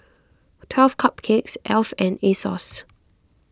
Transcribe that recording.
twelve Cupcakes Alf and Asos